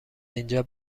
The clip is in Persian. اینجا